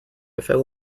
fell